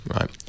right